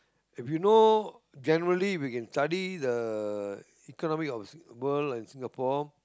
if you know generally if you can study the economic of world and Singapore